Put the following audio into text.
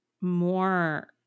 more